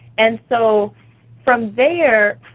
and so from there,